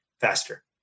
faster